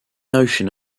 notion